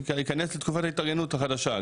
ייכנס לתקופת ההתארגנות החדשה,